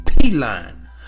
P-Line